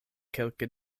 kelke